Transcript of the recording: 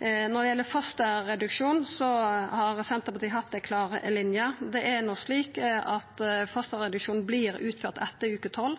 Når det gjeld fosterreduksjon, har Senterpartiet hatt ei klar linje. Det er no slik at fosterreduksjon vert utført etter veke 12,